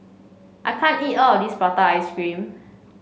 I can't eat all of this Prata Ice Cream